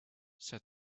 said